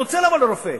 רוצה לבוא לרופא.